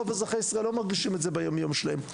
רוב אזרחי ישראל לא מרגישים את זה ביום-יום שלהם.